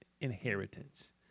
inheritance